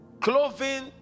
Clothing